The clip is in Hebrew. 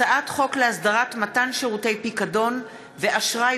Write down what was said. הצעת חוק להסדרת מתן שירותי פיקדון ואשראי